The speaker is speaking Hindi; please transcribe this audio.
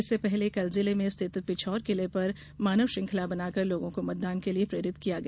इससे पहले कल जिले में स्थित पिछोर किले पर मानव श्रंखला बनाकर लोगों को मतदान के लिए प्रेरित किया गया